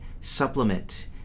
supplement